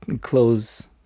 close